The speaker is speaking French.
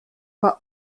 pas